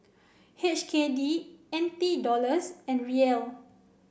H K D N T Dollars and Riel